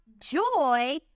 joy